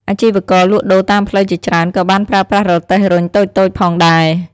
អាជីវករលក់ដូរតាមផ្លូវជាច្រើនក៏បានប្រើប្រាស់រទេះរុញតូចៗផងដែរ។